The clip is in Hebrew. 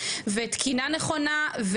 ותקינה נכונה,